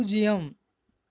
பூஜ்ஜியம்